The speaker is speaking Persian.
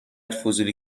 فضولی